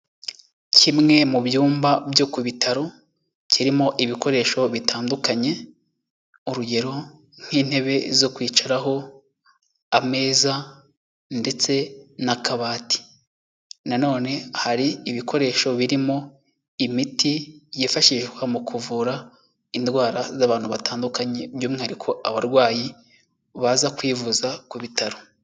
Kimwe mu byumba byo ku bitaro kirimo ibikoresho bitandukanye, urugero nk'intebe zo kwicaraho, ameza ndetse n'akabati. Nanone hari ibikoresho birimo imiti yifashishwa mu kuvura indwara z'abantu batandukanye, by'umwihariko abarwayi baza kwivuza ku bitaro.